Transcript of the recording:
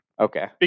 Okay